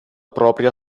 propria